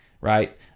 right